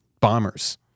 bombers